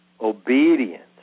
obedience